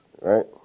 right